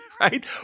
right